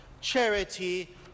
charity